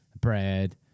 bread